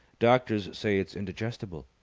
doctors say it's indigestible.